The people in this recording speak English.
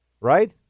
right